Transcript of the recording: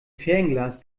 fernglas